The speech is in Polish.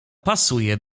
pasuje